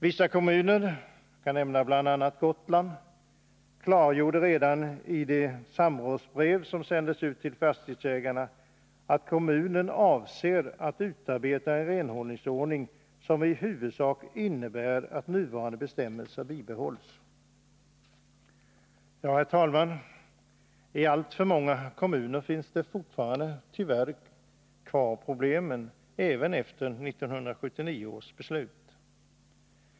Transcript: Vissa kommuner — jag kan t.ex. nämna Gotland — klargjorde redan i de samrådsbrev som sändes ut till fastighetsägarna att kommunen avsåg att utarbeta en renhållningsordning som i huvudsak innebar att dåvarande bestämmelser skulle bibehållas. Herr talman! I alltför många kommuner finns tyvärr de där problemen fortfarande kvar även efter 1979 års beslut.